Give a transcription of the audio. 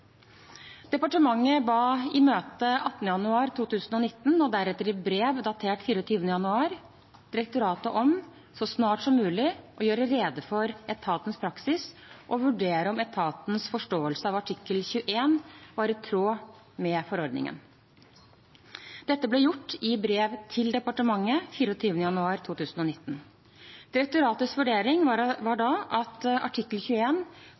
Departementet ba i møte 18. januar 2019 og deretter i brev datert 24. januar direktoratet om – så snart som mulig – å gjøre rede for etatens praksis og vurdere om etatens forståelse av artikkel 21 var i tråd med forordningen. Dette ble gjort i brev til departementet 24. januar 2019. Direktoratets vurdering var da at artikkel